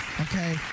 okay